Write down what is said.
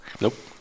nope